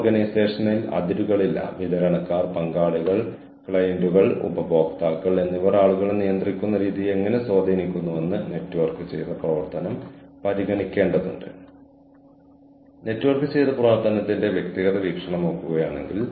കൂടാതെ നിങ്ങൾക്കറിയാമോ ഈ സമയത്ത് ഞാൻ ക്യാമറ ആളുകളോട് അഭ്യർത്ഥിക്കുന്നു ദയവായി ക്ലാസിലെ ബാക്കി ഭാഗങ്ങൾ ഫോക്കസ് ചെയ്ത് നമ്മൾ ഇവിടെ എന്താണ് ചെയ്യുന്നതെന്ന് പങ്കെടുക്കുന്നവരെ കാണിക്കുക